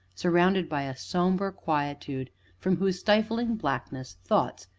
surrounded by a sombre quietude from whose stifling blackness thoughts,